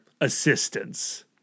assistance